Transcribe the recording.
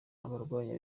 abarwanya